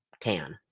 tan